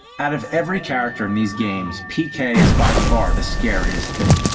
out of every character in these games, pk is by far the scariest thing.